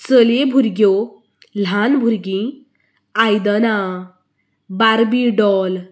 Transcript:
चली भुरगें ल्हान भुरगीं आयदनां बार्बी डॉल